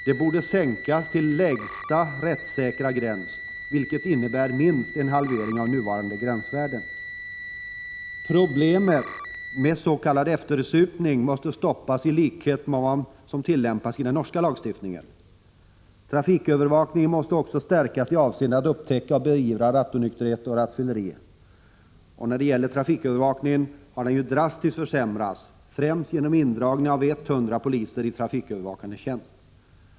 De borde sänkas till lägsta rättssäkra gräns, vilket innebär minst en halvering av nuvarande gränsvärden. e Problemet med s.k. eftersupning måste undanröjas i likhet med vad som tillämpas i den norska lagstiftningen. e Trafikövervakningen måste också stärkas i avseende på att upptäcka och beivra rattonykterhet och rattfylleri. Trafikövervakningen har ju drastiskt försämrats, främst genom indragningen av 100 poliser i trafikövervakande tjänst.